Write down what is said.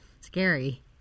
scary